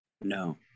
No